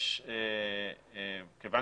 כיוון